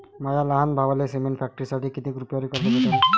माया लहान भावाले सिमेंट फॅक्टरीसाठी कितीक रुपयावरी कर्ज भेटनं?